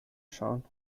schauen